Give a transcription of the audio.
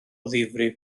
ddifrif